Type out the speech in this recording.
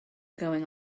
going